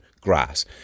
grass